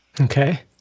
Okay